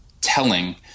telling